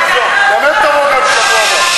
חברת הכנסת זהבה גלאון,